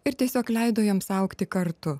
ir tiesiog leido joms augti kartu